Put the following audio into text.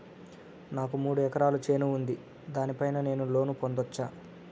నాకు మూడు ఎకరాలు చేను ఉంది, దాని పైన నేను లోను పొందొచ్చా?